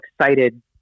excited